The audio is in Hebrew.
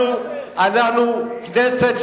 אנחנו כנסת,